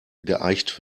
geeicht